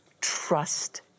trust